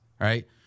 right